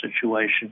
situation